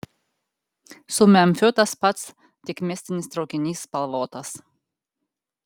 su memfiu tas pats tik mistinis traukinys spalvotas